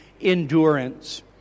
endurance